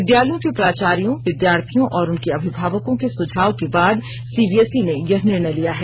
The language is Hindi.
विद्यालयों र्क प्राचार्यों विद्यार्थियों और उनके अभिभावकों के सुझाव के बाद सीबीएसई ने यह निर्णय लिया है